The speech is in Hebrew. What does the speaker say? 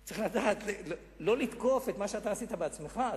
צריך לדעת לא לתקוף את מה שעשית בעצמך.